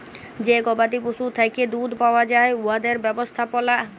যে গবাদি পশুর থ্যাকে দুহুদ পাউয়া যায় উয়াদের ব্যবস্থাপলা